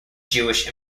jewish